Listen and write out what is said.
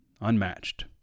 Unmatched